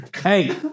Hey